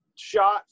shot